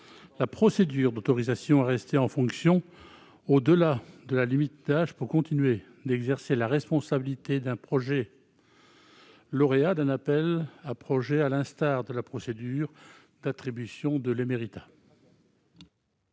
la procédure d'autorisation à rester en fonction au-delà de la limite d'âge pour continuer d'exercer la responsabilité d'un projet lauréat d'un appel à projets, à l'instar de la procédure d'attribution de l'éméritat.